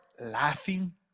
laughing